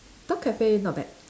dog cafe not bad